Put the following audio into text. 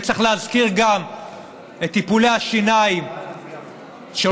וצריך להזכיר גם את טיפולי השיניים שהולכים